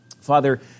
Father